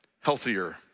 healthier